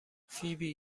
فیبی